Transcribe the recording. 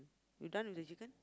we done with the chicken